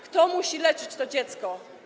Kto musi leczyć to dziecko?